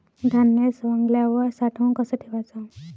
धान्य सवंगल्यावर साठवून कस ठेवाच?